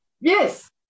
Yes